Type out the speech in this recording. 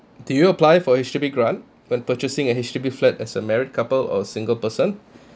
do you apply for H_D_B grant when purchasing a H_D_B flat as a married couple or a single person